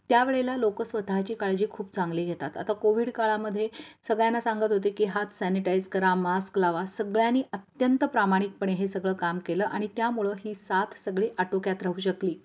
त्यावेळेला लोकं स्वतःची काळजी खूप चांगली घेतात आता कोविड काळामध्ये सगळ्यांना सांगत होते की हात सॅनिटाईज करा मास्क लावा सगळ्यांनी अत्यंत प्रामाणिकपणे हे सगळं काम केलं आणि त्यामुळं ही साथ सगळी आटोक्यात राहू शकली